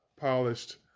polished